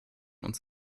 uns